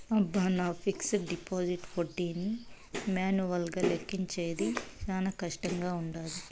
అబ్బ, నా fixed deposit ఒడ్డీని మాన్యువల్గా లెక్కించేది శానా కష్టంగా వుండాది